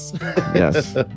Yes